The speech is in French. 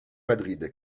madrid